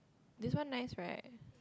this one nice right